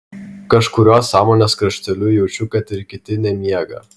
kažkuriuo sąmonės krašteliu jaučiu kad ir kiti nemiega